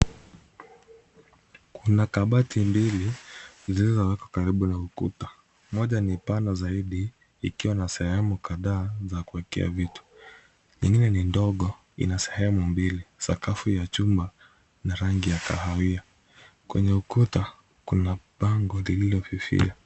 Kuna kabati mbili zilizoekwa karibu na ukuta. Moja ni pana zaidi ikiwa na sehemu kadhaa za kuwekea vitu. Ingine ni ndogo ina sehemu mbili, sakafu ya chuma na rangi ya kahawia . Kwenye ukuta kuna bango lililofifia.